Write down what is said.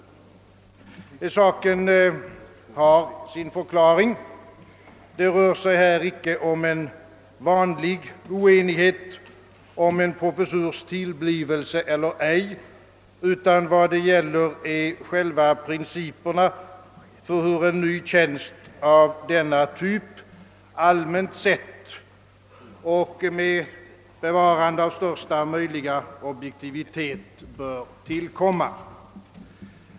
Saken har sin förklaring. Det rör sig här icke om en vanlig oenighet om en professurs tillblivelse, utan vad det gäller är själva principen för hur en ny tjänst av denna typ allmänt sett och med bevarande av största möjliga objektivitet bör inrättas.